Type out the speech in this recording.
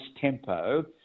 tempo